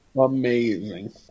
Amazing